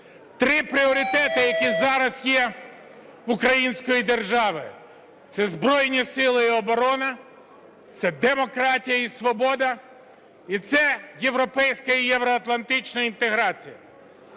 Три пріоритети, які зараз є в української держави – це Збройні Сили і оборона, це демократія і свобода, і це європейська і євроатлантична інтеграція.